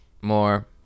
more